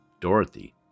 Dorothy